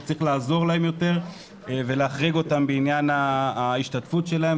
שצריך לעזור להם יותר ולהחריג אותם בעניין ההשתתפות שלהם,